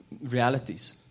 realities